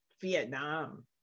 Vietnam